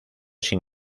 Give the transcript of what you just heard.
sin